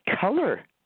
color